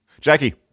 Jackie